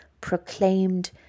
proclaimed